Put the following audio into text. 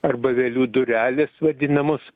arba vėlių durelės vadinamos